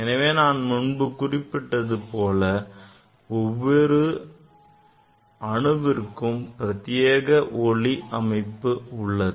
எனவே நான் முன்பு குறிப்பிட்டது போல ஒவ்வொரு அணுவிற்கும் பிரத்தியேக ஒளி பண்பு உள்ளது